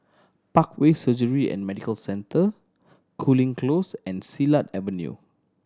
Parkway Surgery and Medical Center Cooling Close and Silat Avenue